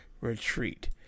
Retreat